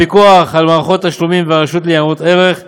הפיקוח על מערכות תשלומים והרשות לניירות ערך,